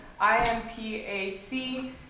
IMPAC